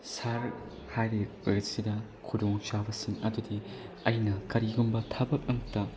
ꯁꯍꯔ ꯍꯥꯏꯔꯤꯕ ꯑꯁꯤꯗ ꯈꯨꯗꯣꯡ ꯆꯥꯕꯁꯤꯡ ꯑꯗꯨꯗꯤ ꯑꯩꯅ ꯀꯔꯤꯒꯨꯝꯕ ꯊꯕꯛ ꯑꯃꯠꯇ